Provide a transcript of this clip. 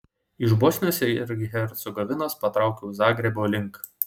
iš bosnijos ir hercegovinos patraukiau zagrebo link